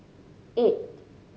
eight